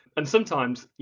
and sometimes, you